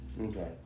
okay